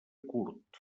curt